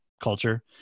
Culture